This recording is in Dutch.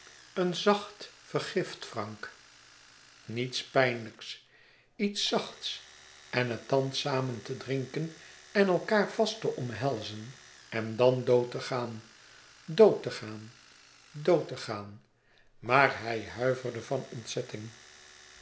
een zacht vergift frank niets pijnlijks iets zachts en het dan samen te drinken en elkaâr vast te omhelzen en dan dood te gaan dood te gaan dood te gaan maar hij huiverde van ontzetting